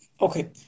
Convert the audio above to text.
Okay